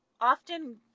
Often